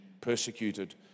persecuted